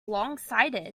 longsighted